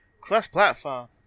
Cross-platform